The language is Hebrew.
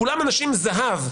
כולם אנשים זהב,